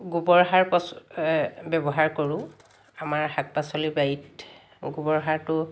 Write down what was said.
গোৱৰ সাৰ পচ ব্যৱহাৰ কৰোঁ আমাৰ শাক পাচলি বাৰীত গোবৰ সাৰটো